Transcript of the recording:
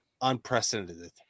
unprecedented